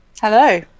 Hello